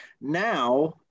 Now